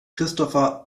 christopher